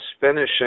finishing